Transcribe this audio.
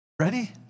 ready